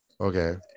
Okay